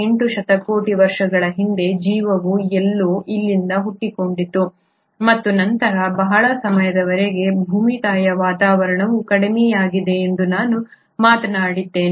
8 ಶತಕೋಟಿ ವರ್ಷಗಳ ಹಿಂದೆ ಜೀವವು ಎಲ್ಲೋ ಇಲ್ಲಿಂದ ಹುಟ್ಟಿಕೊಂಡಿತು ಮತ್ತು ನಂತರ ಬಹಳ ಸಮಯದವರೆಗೆ ಭೂಮಿಯ ವಾತಾವರಣವು ಕಡಿಮೆಯಾಗಿದೆ ಎಂದು ನಾನು ಮಾತನಾಡಿದ್ದೇನೆ